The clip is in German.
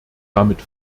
damit